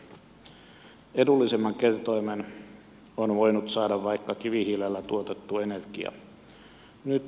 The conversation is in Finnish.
edullisemman kertoimen on voinut saada vaikka kivihiilellä tuotettu energia